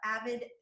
avid